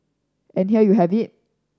and here you have it